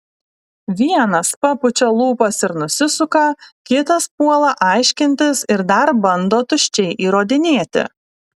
vienas papučia lūpas ir nusisuka kitas puola aiškintis ir dar bando tuščiai įrodinėti